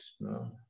no